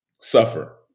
suffer